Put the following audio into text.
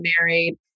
married